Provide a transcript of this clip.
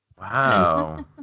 Wow